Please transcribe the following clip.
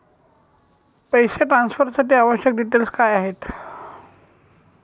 पैसे ट्रान्सफरसाठी आवश्यक डिटेल्स काय आहेत?